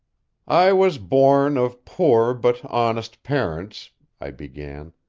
i was born of poor but honest parents i began.